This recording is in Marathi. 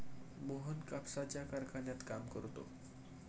मोहन कापसाच्या कारखान्यात काम करतो